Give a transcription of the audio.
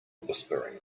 whispering